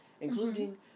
Including